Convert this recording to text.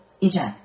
eject